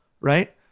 right